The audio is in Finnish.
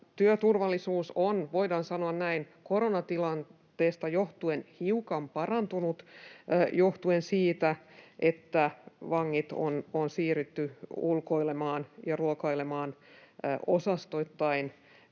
Työturvallisuus on, voidaan sanoa näin, koronatilanteesta johtuen hiukan parantunut johtuen siitä, että vangit on siirretty ulkoilemaan ja ruokailemaan osastoittain